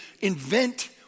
invent